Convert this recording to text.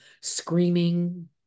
screaming